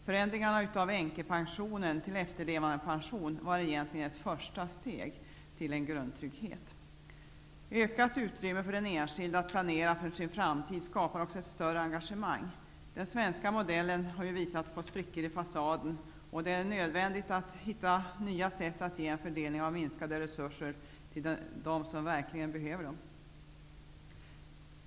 När man gjorde om än kepensionen till efterlevandepension togs egentli gen ett första steg mot en grundtrygghet. Ett ökat utrymme för den enskilde att planera för sin fram tid skapar också ett större engagemang. Den svenska modellen har ju visat på sprickor i fasa den, och det är nödvändigt att hitta nya sätt att fördela de minskande resurserna till dem som verkligen behöver dem.